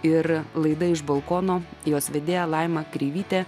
ir laida iš balkono jos vedėja laima kreivytė